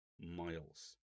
miles